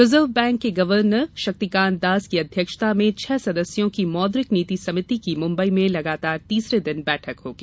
reserve bank के गवर्नर शक्तिकांत दास की अध्यक्षता में छह सदस्यों की मौद्रिक नीति समिति की मुम्बई में लगातार तीसरे दिन बैठक होगी